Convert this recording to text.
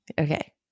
Okay